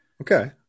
okay